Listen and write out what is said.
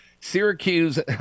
Syracuse